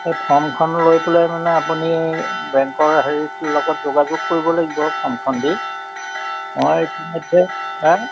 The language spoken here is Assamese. সেই ফৰ্মখন লৈ পেলাই মানে আপুনি বেংকৰ হেৰিত লগত যোগাযোগ কৰিব লাগিব ফৰ্মখন দি মই এইখিনিতে হে